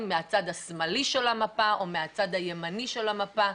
מהצד השמאלי של המפה או מהצד הימני של המפה,